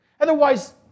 Otherwise